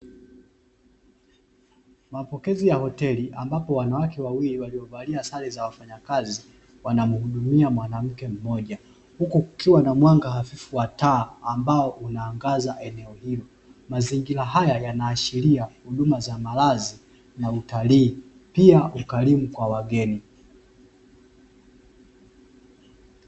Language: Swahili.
Mapokezi ya hoteli ambapo wanawake wawili waliovalia sare za wafanyakazi, wanamhudumia mwanamke mmoja, huku kukiwa na mwanga hafifu wa taa, ambao unaangaza eneo hilo. Mazingira haya yanaashiria huduma za malazi na utalii, pia ukarimu kwa wageni.